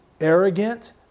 arrogant